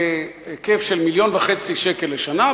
בהיקף של מיליון וחצי שקלים לשנה,